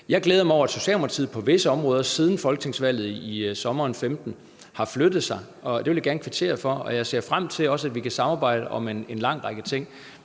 Jeg glæder mig over, at Socialdemokratiet på visse områder siden folketingsvalget i sommeren 2015 har flyttet sig, og det vil jeg gerne kvittere for, og jeg ser også frem til, at vi kan samarbejde om en lang række ting.